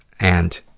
and